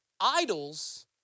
Idols